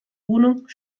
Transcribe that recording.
wohnung